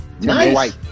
Nice